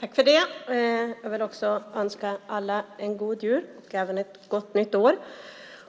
Fru talman! Jag vill också önska alla en god jul och ett gott nytt år.